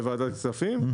בוועדת הכספים,